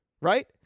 Right